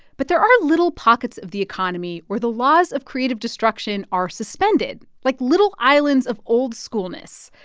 but there are little pockets of the economy where the laws of creative destruction are suspended like little islands of old-schoolness,